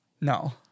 no